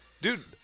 Dude